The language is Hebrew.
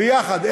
ביחד.